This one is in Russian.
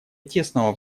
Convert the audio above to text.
тесного